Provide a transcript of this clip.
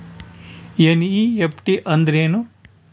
NEFT ಅಂದ್ರೆನು?